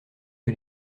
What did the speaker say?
que